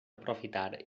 aprofitar